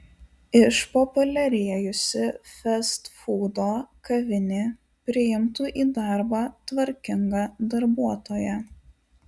išpopuliarėjusi festfūdo kavinė priimtų į darbą tvarkingą darbuotoją